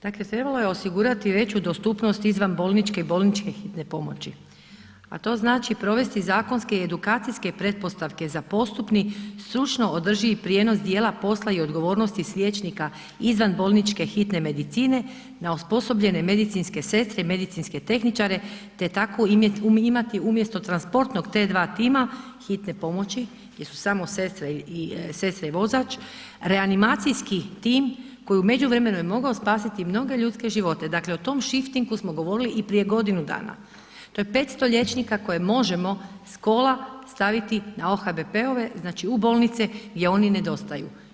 Dakle, trebalo je osigurati veću dostupnost izvan bolničke i bolničke hitne pomoći, a to znači provesti zakonske i edukacijske pretpostavke za postupni stručno održivi prijenos dijela posla i odgovornosti s liječnika izvan bolničke hitne medicine na osposobljene medicinske sestre i medicinske tehničare, te tako imati umjesto transportnog T2 tima hitne pomoći gdje su samo sestre i, sestre i vozač, reanimacijski tim koji u međuvremenu je mogao spasiti mnoge ljudske živote, dakle o tom šiftingu smo govorili i prije godinu dana, to je 500 liječnika koje možemo s kola staviti na OHBP-ove znači u bolnice gdje oni nedostaju.